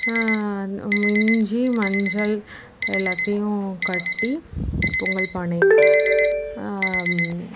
இஞ்சி மஞ்சள் எல்லாத்தையும் கட்டி பொங்கல் பானையில்